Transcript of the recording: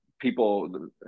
people